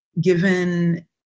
given